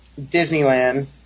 Disneyland